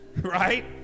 right